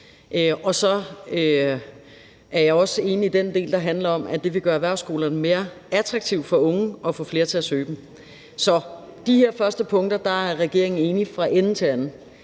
Så er jeg også enig i den del, der handler om, at det vil gøre erhvervsskolerne mere attraktive for unge og få flere til at søge dem. Så på de her første punkter er regeringen enig fra ende til anden.